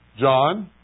John